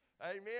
Amen